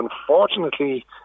Unfortunately